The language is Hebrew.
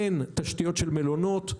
והן תשתיות של מלונות,